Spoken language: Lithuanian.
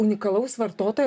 unikalaus vartotojo